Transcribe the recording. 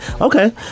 Okay